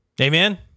amen